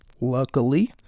luckily